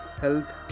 health